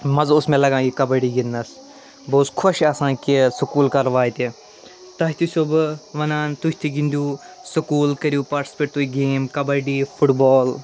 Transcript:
مَزٕ اوس مےٚ لَگان یہِ کَبَڈی گِنٛدنَس بہٕ اوسُس خۄش آسان کہِ سُکوٗل کَر واتہِ تۄہہِ تہِ چھُسو بہٕ وَنان تُہۍ تہِ گِنٛدیٛو سُکوٗل کٔریٛو پارٹِسِپیٹ تُہۍ گیم کَبَڈی فُٹبال